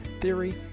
theory